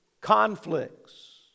conflicts